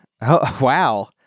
Wow